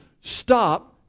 stop